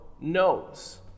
knows